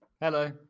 Hello